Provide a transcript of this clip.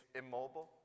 immobile